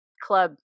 club